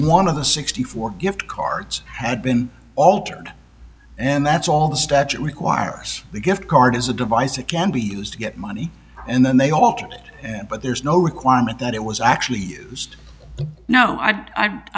of the sixty four gift cards had been altered and that's all the statute requires the gift card is a device that can be used to get money and then they all can but there's no requirement that it was actually used no i